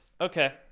okay